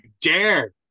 dare